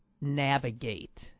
navigate